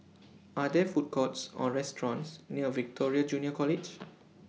Are There Food Courts Or restaurants near Victoria Junior College